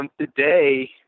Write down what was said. today